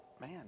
man